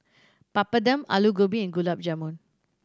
Papadum Alu Gobi and Gulab Jamun